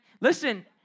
listen